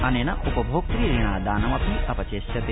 अनेन उपभोक्त ऋणादानमपि अपचेष्यते